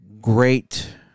great